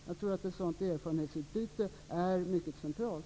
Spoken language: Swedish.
Jag tror att ett sådant erfarenhetsutbyte är mycket centralt.